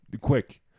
Quick